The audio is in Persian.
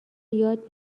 یاد